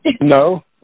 No